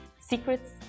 secrets